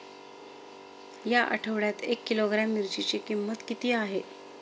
या आठवड्यात एक किलोग्रॅम मिरचीची किंमत किती आहे?